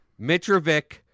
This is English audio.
Mitrovic